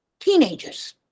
teenagers